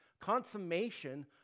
Consummation